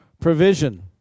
provision